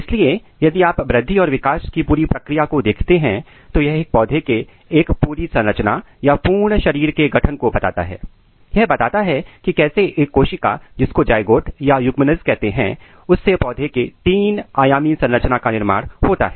इसलिए यदि आप वृद्धि और विकास की पूरी प्रक्रिया को देखते हैं तो यह एक पौधे की एक पूरी संरचना या पूर्ण शरीर के गठन को बताता है यह बताता है कि कैसे एक कोशिका जिसको जाएगोट युग्मनज कहते हैं उससे पौधे की तीन आयामी संरचना का निर्माण होता है